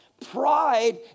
Pride